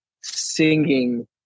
singing